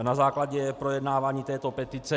Na základě projednávání této petice.